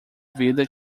vida